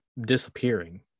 disappearing